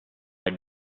will